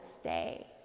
stay